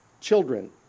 children